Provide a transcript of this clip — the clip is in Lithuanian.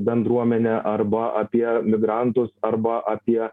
bendruomenę arba apie migrantus arba apie